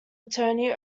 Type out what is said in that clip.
attorney